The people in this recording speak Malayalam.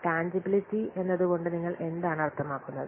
ടാൻജിബ്ബിലിട്ടി എന്നതുകൊണ്ട് നിങ്ങൾ എന്താണ് അർത്ഥമാക്കുന്നത്